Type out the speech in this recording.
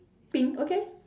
pink okay